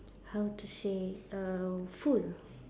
how to say err full